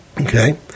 Okay